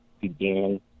began